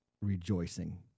rejoicing